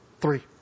Three